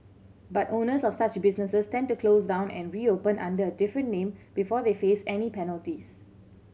but owners of such businesses tend to close down and reopen under a different name before they face any penalties